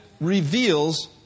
Reveals